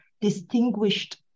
distinguished